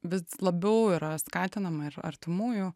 vis labiau yra skatinama ir artimųjų